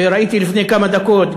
וראיתי לפני כמה דקות,